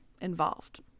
involved